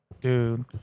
Dude